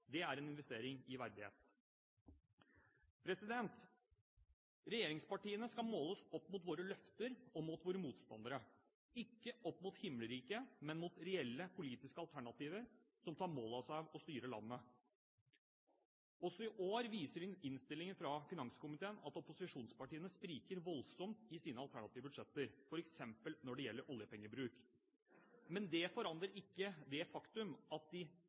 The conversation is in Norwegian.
Det er en investering i verdighet. Regjeringspartiene skal måles opp mot sine løfter og motstandere, ikke opp mot himmelriket, men mot reelle politiske alternativer som tar mål av seg til å styre landet. Også i år viser innstillingen fra finanskomiteen at opposisjonspartiene spriker voldsomt i sine alternative budsjetter, f.eks. når det gjelder oljepengebruk. Men det forandrer ikke det faktum at de